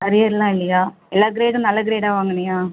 அரியர்லாம் இல்லையா எல்லா கிரேடும் நல்ல கிரேடாக வாங்கினியா